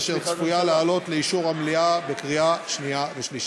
אשר צפויה לעלות לאישור המליאה בקריאה שנייה ושלישית.